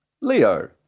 Leo